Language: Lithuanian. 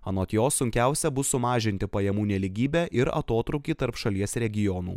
anot jo sunkiausia bus sumažinti pajamų nelygybę ir atotrūkį tarp šalies regionų